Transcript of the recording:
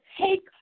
take